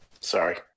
Sorry